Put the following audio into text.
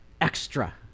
extra